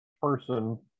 person